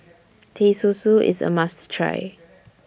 Teh Susu IS A must Try